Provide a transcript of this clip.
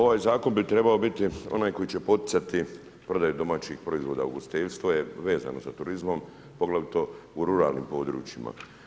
Ovaj zakon bi trebao biti onaj koji će poticati prodaju domaćih proizvoda u ugostiteljstvu je vezano sa turizmom, poglavito u ruralnim područjima.